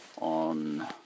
on